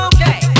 Okay